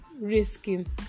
risking